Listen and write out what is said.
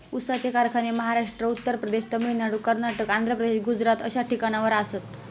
ऊसाचे कारखाने महाराष्ट्र, उत्तर प्रदेश, तामिळनाडू, कर्नाटक, आंध्र प्रदेश, गुजरात अश्या ठिकाणावर आसात